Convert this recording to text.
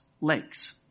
lakes